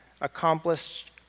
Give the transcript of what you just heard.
accomplished